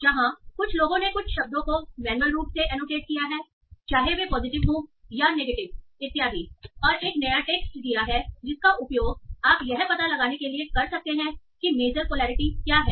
जहां कुछ लोगों ने कुछ शब्दों को मैन्युअल रूप से एनोटेट किया है चाहे वे पॉजिटिव हों या नेगेटिव इत्यादिऔर एक नया टेक्स्ट दिया है जिसका उपयोग आप यह पता लगाने के लिए कर सकते हैं कि मेजर पोलैरिटी क्या है